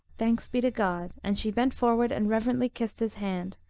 thanks be to god and she bent forward and reverently kissed his hand,